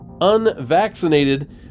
unvaccinated